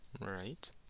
right